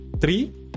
Three